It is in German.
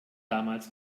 damals